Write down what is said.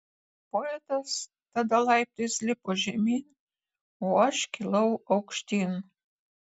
poetas tada laiptais lipo žemyn o aš kilau aukštyn